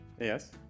Yes